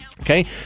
Okay